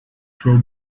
throw